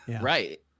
Right